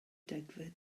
degfed